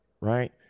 right